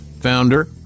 founder